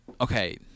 okay